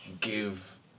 give